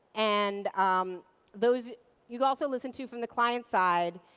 and um those you also listen to from the client side.